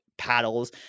paddles